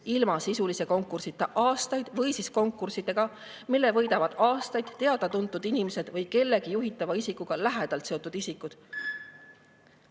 ilma sisulise konkursita aastaid, või konkurssidega, mille võidavad teada-tuntud inimesed või kellegi juhitava isikuga lähedalt seotud isikud.